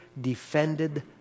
defended